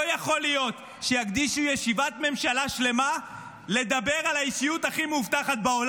מישהו הקדיש ישיבת ממשלה שלמה לדבר על ההסתה נגד ראש האופוזיציה,